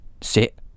sit